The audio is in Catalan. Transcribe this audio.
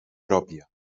pròpia